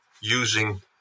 using